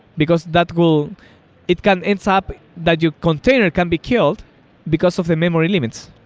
because that will it can end so up that your container can be killed because of the memory limits.